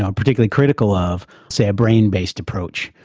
ah particularly critical of say a brain-based approach,